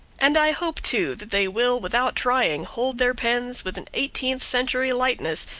and i hope, too, that they will without trying hold their pens with an eighteenth century lightness,